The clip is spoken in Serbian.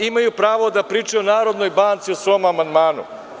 Imaju pravo da pričaju o Narodnoj banci u svom amandmanu.